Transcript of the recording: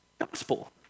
gospel